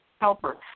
helper